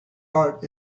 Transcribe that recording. heart